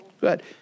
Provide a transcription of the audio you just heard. Good